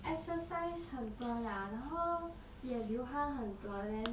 exercise 很多了然后也流汗很多 leh